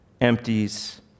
empties